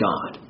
God